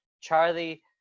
Charlie